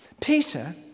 Peter